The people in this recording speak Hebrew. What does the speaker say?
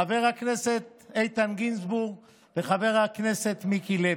חבר הכנסת איתן גינזבורג וחבר הכנסת מיקי לוי.